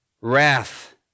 wrath